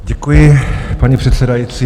Děkuji, paní předsedající.